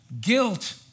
Guilt